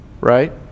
Right